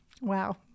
Wow